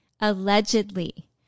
Allegedly